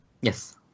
Yes